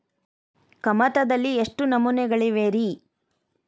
ಕಮತದಲ್ಲಿ ಎಷ್ಟು ನಮೂನೆಗಳಿವೆ ರಿ?